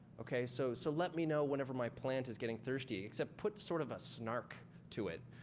okay? so so let me know whenever my plant is getting thirsty. except put sort of a snark to it.